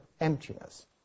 emptiness